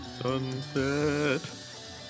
sunset